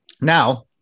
Now